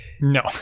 no